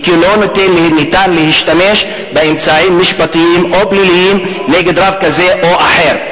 וכי לא ניתן להשתמש באמצעים משפטיים או פליליים נגד רב כזה או אחר.